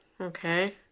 Okay